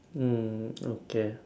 mm okay